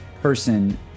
person